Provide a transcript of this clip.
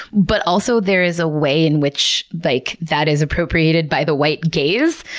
but also there is a way in which like that is appropriated by the white gaze,